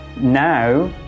now